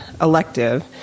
elective